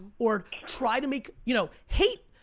or try to make, you know hate,